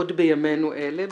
עוד בימינו אלה,